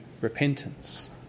repentance